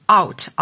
out